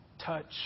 touch